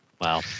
Wow